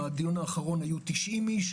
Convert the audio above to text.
בדיון האחרון היו 90 איש,